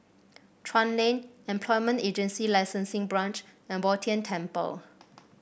Chuan Lane Employment Agency Licensing Branch and Bo Tien Temple